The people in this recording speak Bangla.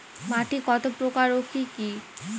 মাটি কত প্রকার ও কি কি?